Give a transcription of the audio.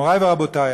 מורי ורבותי,